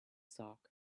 sock